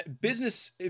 business